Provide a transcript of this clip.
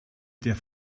der